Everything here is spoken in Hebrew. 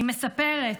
היא מספרת: